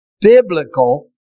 biblical